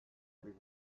every